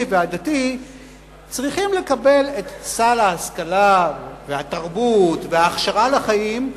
והדתי צריכים לקבל את סל ההשכלה והתרבות וההכשרה לחיים,